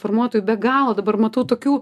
formuotojų be galo dabar matau tokių